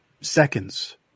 seconds